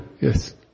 Yes